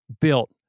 built